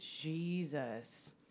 Jesus